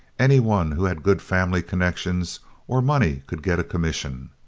any one who had good family connections or money could get a commission.